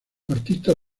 artista